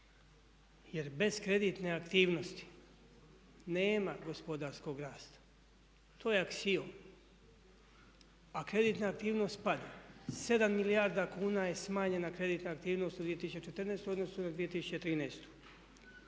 jer bez kreditne aktivnosti nema gospodarskog rasta. To je aksiom. A kreditna aktivnost pada. 7 milijardi kuna je smanjena kreditna aktivnost u 2014. u odnosu na 2013.